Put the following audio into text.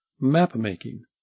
Map-making